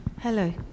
Hello